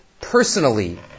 personally